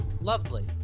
Lovely